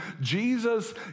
Jesus